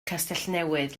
castellnewydd